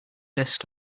desk